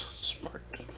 Smart